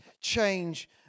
change